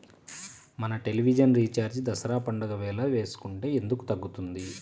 మన television recharge Dasara పండగ వేళ వేసుకుంటే ఎందుకు తగ్గుతుంది?